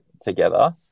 together